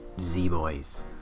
Z-Boys